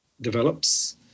develops